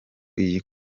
iyi